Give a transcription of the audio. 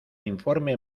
informe